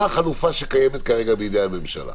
מה החלופה שקיימת כרגע בידי הממשלה?